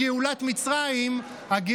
מצרים ממקומה, " תתבייש לך.